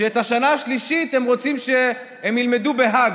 שאת השנה השלישית הם רוצים שהם ילמדו בהאג.